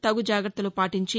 తగు జాగ్రత్తలు పాటించి